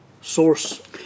source